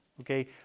Okay